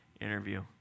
interview